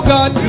God